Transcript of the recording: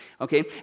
Okay